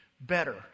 better